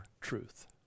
truth